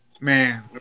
man